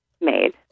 made